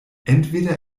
entweder